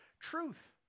truth